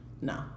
no